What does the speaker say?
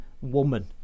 woman